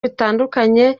bitandukanye